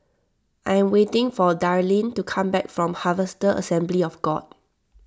I am waiting for Darlyne to come back from Harvester Assembly of God